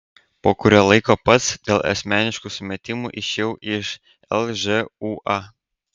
po kurio laiko pats dėl asmeniškų sumetimų išėjau iš lžūa